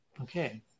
okay